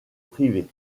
privée